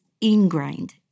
ingrained